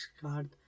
card